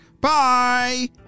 Bye